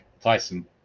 Tyson